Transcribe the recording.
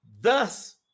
Thus